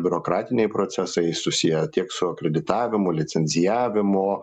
biurokratiniai procesai susiję tiek su akreditavimu licencijavimu